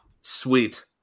Sweet